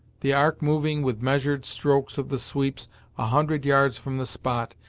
the ark moving with measured strokes of the sweeps a hundred yards from the spot,